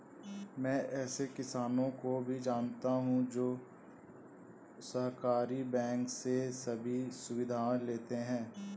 मैं ऐसे किसानो को भी जानता हूँ जो सहकारी बैंक से सभी सुविधाएं लेते है